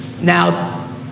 Now